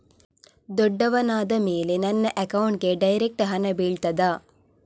ದೊಡ್ಡವನಾದ ಮೇಲೆ ನನ್ನ ಅಕೌಂಟ್ಗೆ ಡೈರೆಕ್ಟ್ ಹಣ ಬೀಳ್ತದಾ?